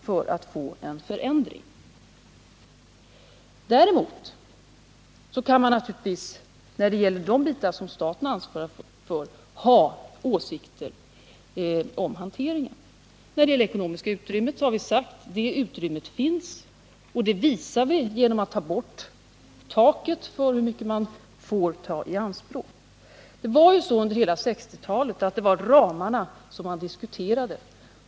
När det gäller de delar av ansvaret som faller under statens ansvarsområde kan man däremot ha åsikter i fråga om hanteringen. I det sammanhanget vill jag säga att vi när det gäller det ekonomiska utrymmet har sagt att det utrymmet finns. Vi visar det genom att ta bort taket för hur mycket man får ta i anspråk. Det var ju så under hela 1960-talet, att det var ramarna som man diskuterade.